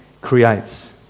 creates